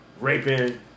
Raping